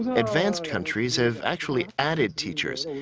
advanced countries have actually added teachers,